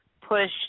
push